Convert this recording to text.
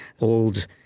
old